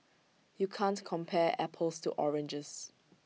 you can't compare apples to oranges